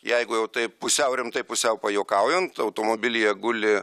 jeigu jau taip pusiau rimtai pusiau pajuokaujant automobilyje guli